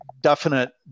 definite